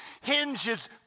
hinges